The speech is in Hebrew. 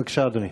בבקשה, אדוני.